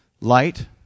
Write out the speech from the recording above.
light